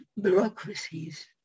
bureaucracies